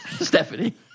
stephanie